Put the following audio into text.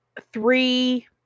three